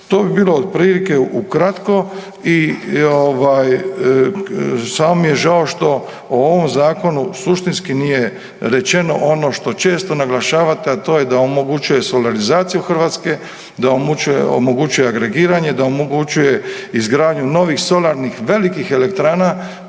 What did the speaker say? To bi bilo otprilike ukratko i ovaj, samo mi je žao što o ovom Zakonu suštinski nije rečeno ono što često naglašavate, a to je da omogućuje solarizaciju Hrvatske, da omogućuje agregiranje, da omogućuje izgradnju novih solarnih velikih elektrana